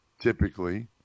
typically